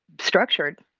structured